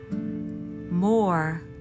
more